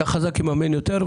- שהחזק יממן יותר.